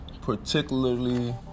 particularly